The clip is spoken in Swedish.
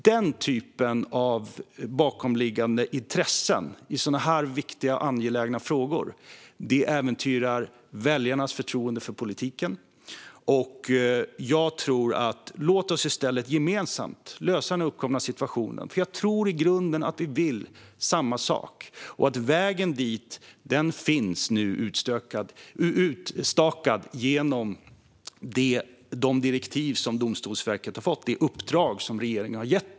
Den typen av bakomliggande intressen i sådana här viktiga och angelägna frågor äventyrar väljarnas förtroende för politiken. Låt oss i stället lösa den uppkomna situationen gemensamt! Jag tror i grunden att vi vill samma sak och att vägen dit nu finns utstakad genom de direktiv som Domstolsverket fått och det uppdrag som regeringen gett.